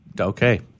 Okay